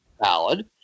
valid